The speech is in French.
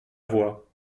voix